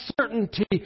certainty